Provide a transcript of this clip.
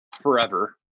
forever